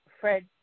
Fred